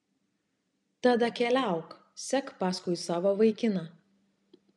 tada keliauk sek paskui savo vaikiną